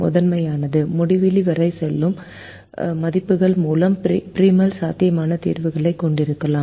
முதன்மையானது முடிவிலி வரை செல்லும் மதிப்புகள் மூலம் ப்ரிமால் சாத்தியமான தீர்வுகளைக் கொண்டிருக்கலாம்